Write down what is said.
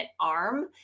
arm